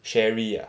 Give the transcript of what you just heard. sherry ah